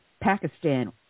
Pakistan